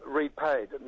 repaid